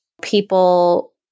people